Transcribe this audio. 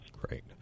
Great